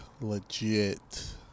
legit